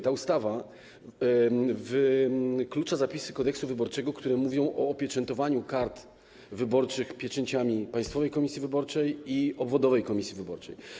Ta ustawa wyklucza zapisy Kodeksu wyborczego, które mówią o opieczętowaniu kart wyborczych pieczęciami Państwowej Komisji Wyborczej i obwodowej komisji wyborczej.